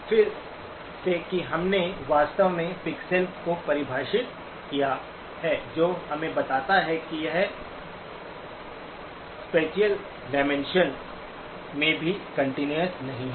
फिर से कि हमने वास्तव में पिक्सेल को परिभाषित किया है जो हमें बताता है कि यह स्पेसिअल डायमेंशन में भी कंटीन्यूअस नहीं है